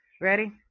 Ready